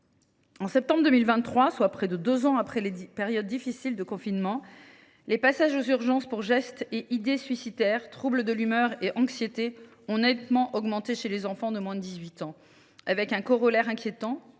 En septembre 2023, soit près de deux ans après les difficiles périodes de confinement, les passages aux urgences pour gestes et idées suicidaires, troubles de l’humeur et anxiété ont nettement augmenté chez les enfants de moins de 18 ans, avec un corollaire inquiétant,